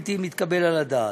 בלתי מתקבל על הדעת.